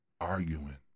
Arguing